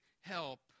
help